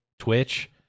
Twitch